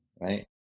right